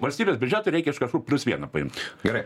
valstybės biudžetui reikia iš kažkur plius vieną paimt gerai